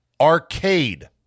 Arcade